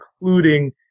including